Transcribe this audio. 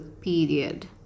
Period